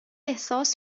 احساس